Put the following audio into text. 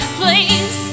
please